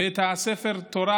ואת ספר התורה,